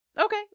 Okay